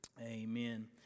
Amen